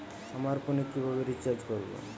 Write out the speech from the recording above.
আমার ফোনে কিভাবে রিচার্জ করবো?